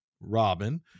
Robin